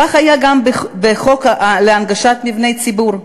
כך היה גם בחוק להנגשת מבני ציבור,